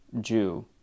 Jew